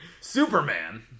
Superman